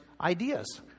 ideas